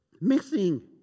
missing